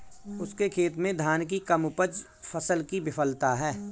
उसके खेत में धान की कम उपज फसल की विफलता है